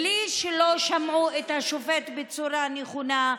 בלי שהם לא ישמעו את השופט בצורה נכונה,